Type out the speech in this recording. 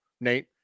Nate